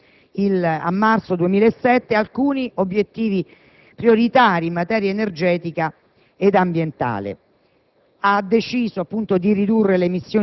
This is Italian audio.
il Consiglio europeo ha definito, in data 9 marzo 2007, alcuni obiettivi prioritari in materia energetica e ambientale,